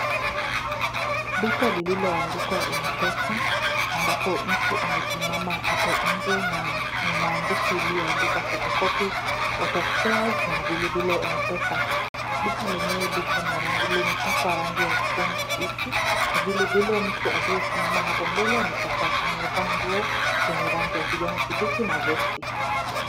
Duka lililoandikwa M-Pesa, ambapo mtu amesimama apo nje na kuna maandishi iliyoandikwa photocopy, auto spares na vilevile M-Pesa. Duka lenyewe liko na rangi limepakwa rangi ya kijani kibichi na vilevile mtu aliyesimama hapo mbele amepakwa, amevaa nguo, yenye rangi ya kijani kibichi na vesti .